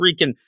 freaking